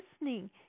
listening